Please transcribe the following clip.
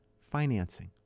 financing